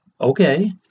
Okay